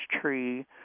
tree